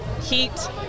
heat